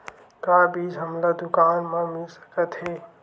का बीज हमला दुकान म मिल सकत हे?